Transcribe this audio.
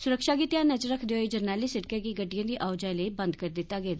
सुरक्षा गी ध्यानै च रखदे होई जरनैली सिड़कै गी गड़िड़एं दी आओजाई लेई बंद करी दित्ता गेदा ऐ